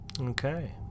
okay